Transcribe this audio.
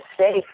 safe